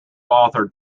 authored